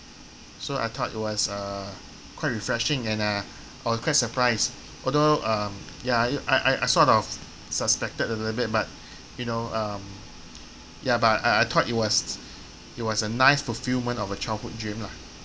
so I thought it was uh quite refreshing and uh I was quite surprised although uh ya I I I sort of suspected a little bit but you know um ya but I I thought it was it was a nice fulfillment of a childhood dream lah